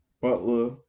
Butler